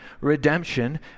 redemption